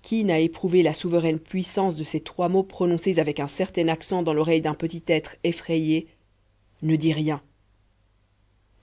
qui n'a éprouvé la souveraine puissance de ces trois mots prononcés avec un certain accent dans l'oreille d'un petit être effrayé ne dis rien